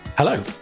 Hello